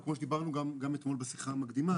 כמו שדיברנו גם אתמול בשיחה המקדימה,